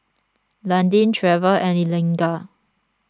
Landin Treva and Eliga